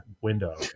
window